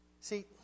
See